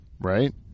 right